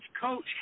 coach